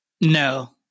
no